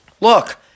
look